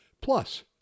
Plus